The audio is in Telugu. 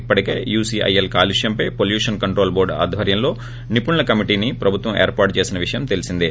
ఇప్పటికే ప్యూసీఐఎల్ కాలుష్పంపై పోల్యూషన్ కంట్రోల్ బోర్డ్ ఆధ్వర్యంలో నిపుణుల కమిటిని ప్రభుత్వం ఏర్పాటు చేసిన విషయం తెలిసిందో